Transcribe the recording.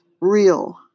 real